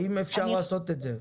האם אפשר לעשות את זה?